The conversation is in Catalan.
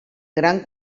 gran